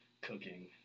Cooking